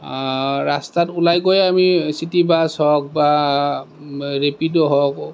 ৰাস্তাত ওলাই গৈ আমি চিটি বাছ হওক বা ৰেপিড' হওক